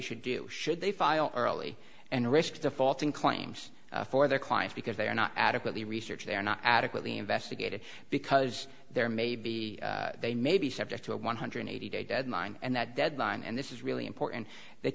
should do should they file early and risk defaulting claims for their clients because they are not adequately research they are not adequately investigated because there may be they may be subject to a one hundred eighty day deadline and that deadline and this is really important th